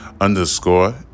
underscore